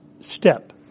Step